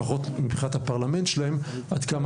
לפחות מבחינת הפרלמנט שלהם עד כמה